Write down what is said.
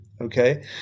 Okay